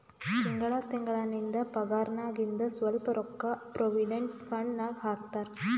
ತಿಂಗಳಾ ತಿಂಗಳಾ ನಿಂದ್ ಪಗಾರ್ನಾಗಿಂದ್ ಸ್ವಲ್ಪ ರೊಕ್ಕಾ ಪ್ರೊವಿಡೆಂಟ್ ಫಂಡ್ ನಾಗ್ ಹಾಕ್ತಾರ್